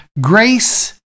Grace